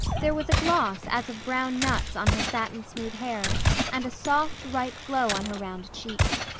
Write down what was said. there was a gloss as of brown nuts on her satin-smooth hair and a soft, ripe glow on her round cheeks.